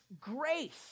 grace